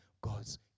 God's